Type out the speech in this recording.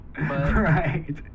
right